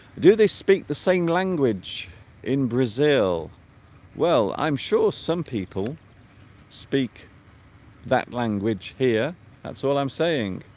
do they speak the same language in brazil well i'm sure some people speak that language here that's all i'm saying